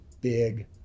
big